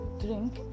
drink